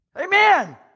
Amen